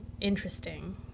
interesting